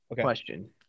question